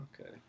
Okay